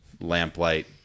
lamplight